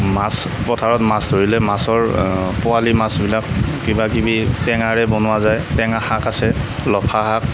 মাছ পথাৰত মাছ ধৰিলে মাছৰ পোৱালী মাছবিলাক কিবা কিবি টেঙাৰে বনোৱা যায় টেঙা শাক আছে লফা শাক